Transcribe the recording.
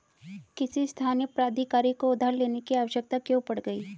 किसी स्थानीय प्राधिकारी को उधार लेने की आवश्यकता क्यों पड़ गई?